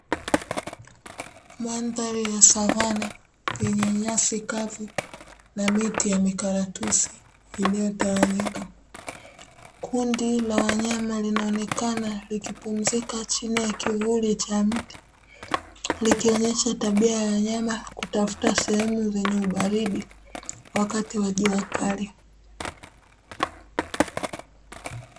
Mandhari ya savana yenye nyasi kavu na miti ya mikaratusi iliyotawanyika, kundi la wanyama linaonekana likipumzika chini ya kivuli cha mti, kundi la wanyama linaonekana likipumzika chini ya kivuli cha mti likionyesha tabia ya wanyama kutafuta sehemu zenye ubaridi wakati wa jua kali.